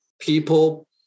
people